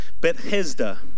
Bethesda